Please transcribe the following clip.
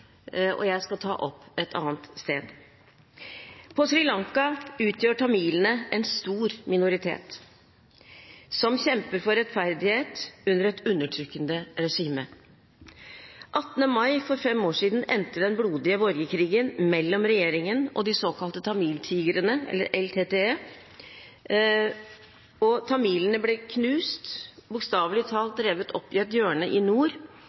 og jeg skal ta opp et annet sted. På Sri Lanka utgjør tamilene en stor minoritet som kjemper for rettferdighet under et undertrykkende regime. Den 18. mai for fem år siden endte den blodige borgerkrigen mellom regjeringen og de såkalte tamiltigrene, eller LTTE. Tamilene ble knust, bokstavelig talt drevet opp i et hjørne i nord